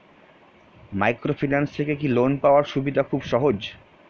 Microfinance থেকে কি loan পাওয়ার সুবিধা খুব সহজ?